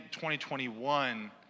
2021